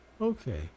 Okay